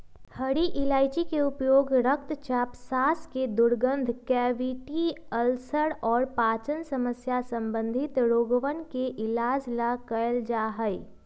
हरी इलायची के उपयोग रक्तचाप, सांस के दुर्गंध, कैविटी, अल्सर और पाचन समस्या संबंधी रोगवन के इलाज ला कइल जा हई